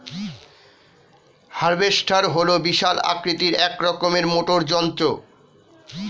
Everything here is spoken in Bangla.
হার্ভেস্টার হল বিশাল আকৃতির এক রকমের মোটর যন্ত্র